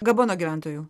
gabono gyventojų